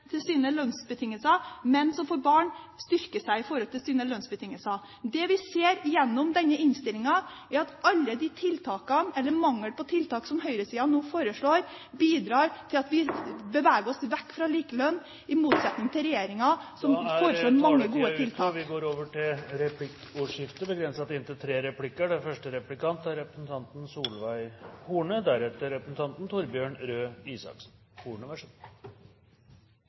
til sine lønnsbetingelser. Menn som får barn, styrkes i forhold til sine lønnsbetingelser. Det vi ser gjennom denne innstillingen, er at alle manglene i tiltak som høyresiden foreslår, bidrar til at vi beveger oss vekk fra likelønn, i motsetning til regjeringen, som har foreslått mange gode tiltak. Det blir replikkordskifte. På Arbeiderpartiets landsmøte i helgen sa Jens Stoltenberg i sin tale at ufrivillig deltid ikke er forenlig med mottoet «arbeid for alle er jobb nr. én». Vi